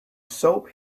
soap